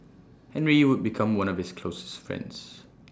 Henry would become one of his closest friends